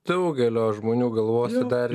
daugelio žmonių galvose dar